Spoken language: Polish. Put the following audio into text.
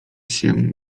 się